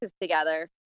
together